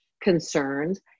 concerns